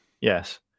Yes